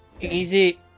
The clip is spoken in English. Easy